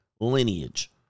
lineage